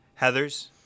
Heathers